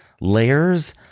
layers